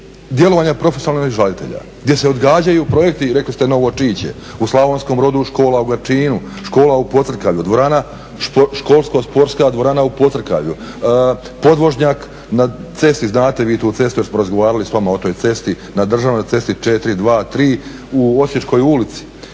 djelovanja profesionalnih žalitelja gdje se odgađaju projekti. Rekli ste Novo Čiče, u Slavonskom Brodu škola u … /Govornik se ne razumije./… škola u Pocrkavlju, školsko-športska dvorana u Pocrkavlju, podvožnjak na cesti znate vi tu cestu jer smo razgovarali s vama o toj cesti na državnoj cesti 423 u Osječkoj ulici